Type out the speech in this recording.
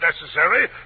necessary